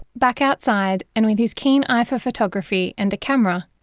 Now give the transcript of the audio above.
back outside, and with his keen eye for photography and a camera,